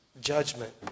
judgment